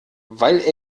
weil